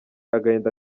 agahinda